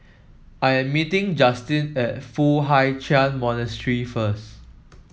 I am meeting Justin at Foo Hai Ch'an Monastery first